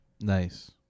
Nice